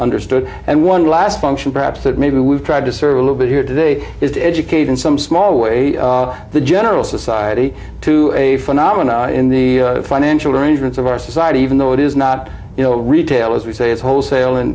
understood and one last function perhaps that maybe we've tried to sort of a little bit here today is to educate in some small way the general society to a phenomenon in the financial arrangements of our society even though it is not you know retail as we say is wholesal